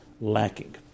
lacking